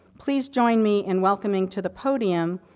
please join me in welcoming to the podium,